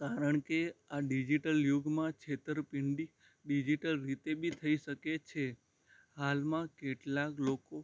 કારણકે આ ડિજિટલ યુગમાં છેતરપિંડી ડિજિટલ રીતે બી થઈ શકે છે હાલમાં કેટલાંક લોકો